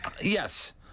Yes